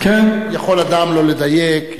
יכול אדם לא לדייק,